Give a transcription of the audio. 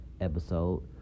episode